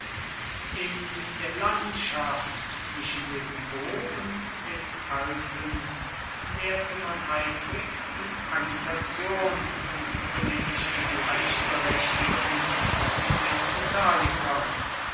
in der landschaft zwischen dem po und den alpen nährte man eifrig die agitation um politische gleichberechtigung mit den